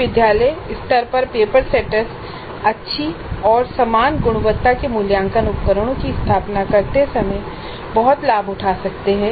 विश्वविद्यालय स्तर पर पेपर सेटर्स अच्छी और समान गुणवत्ता के मूल्यांकन उपकरणों की स्थापना करते समय बहुत लाभ उठा सकते हैं